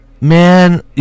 Man